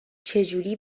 چجوری